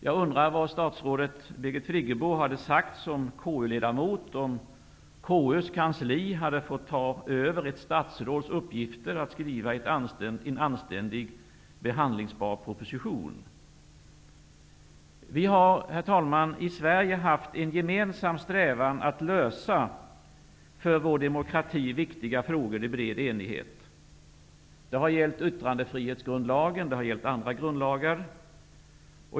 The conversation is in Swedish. Jag undrar vad statsrådet Birgit Friggebo hade sagt som ledamot av konstitutionsutskottet om konstitutionsutskottets kansli hade fått ta över ett statsråds uppgift att skriva en anständig och behandlingsbar proposition. Herr talman! Vi har i Sverige haft en gemensam strävan att lösa för vår demokrati viktiga frågor i bred enighet. Det har gällt yttrandefrihetsgrundlagen, och det har gällt andra grundlagar.